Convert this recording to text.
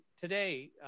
today